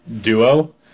duo